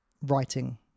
writing